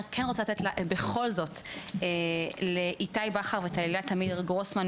אני רק כן רוצה לתת בכל זאת לאיתי בכר וטליה תמיר גרוסמן,